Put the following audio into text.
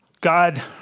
God